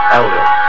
elder